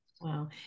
Wow